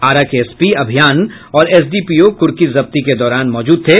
आरा के एसपी अभियान और एसडीपीओ कुर्की जब्ती के दौरान मौजूद थे